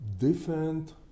different